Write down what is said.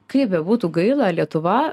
kaip bebūtų gaila lietuva